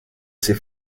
ces